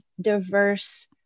diverse